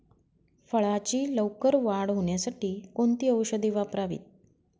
फळाची लवकर वाढ होण्यासाठी कोणती औषधे वापरावीत?